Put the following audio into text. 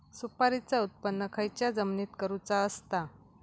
सुपारीचा उत्त्पन खयच्या जमिनीत करूचा असता?